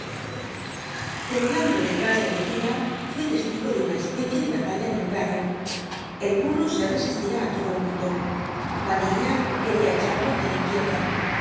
ís de mi tia fui testigo de una especie de batalla en el prado el bmto se resistía i todo el mundo j uanilla qucria echarlo hücia la izquierda